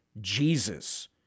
Jesus